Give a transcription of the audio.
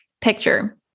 picture